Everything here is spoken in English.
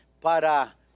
para